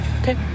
Okay